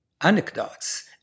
anecdotes